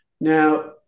now